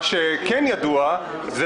מה שכן ידוע זה